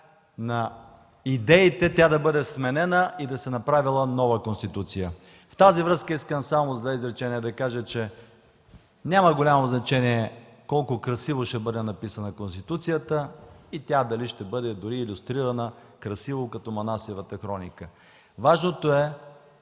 на идеите тя да бъде сменена и да се направела нова Конституция. Във връзка с това искам само с две изречения да кажа, че няма голямо значение колко красиво ще бъде написана Конституцията и дали тя ще бъде дори илюстрирана красиво като Манасиевата хроника. Важното е